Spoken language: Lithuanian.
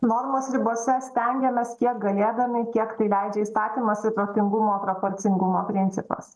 normos ribose stengiamės kiek galėdami kiek tai leidžia įstatymas ir protingumo proporcingumo principas